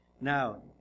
Now